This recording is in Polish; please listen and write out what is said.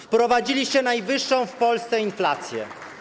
Wprowadziliście najwyższą w Polsce inflację.